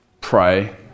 pray